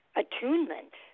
attunement